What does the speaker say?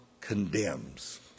condemns